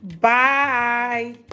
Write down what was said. Bye